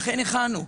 אכן הכנו,